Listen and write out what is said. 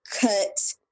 cut